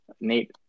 Nate